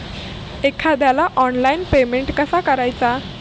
एखाद्याला online payment कसा करायचा?